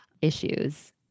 issues